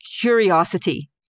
curiosity